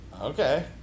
Okay